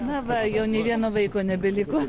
na va jau nė vieno vaiko nebeliko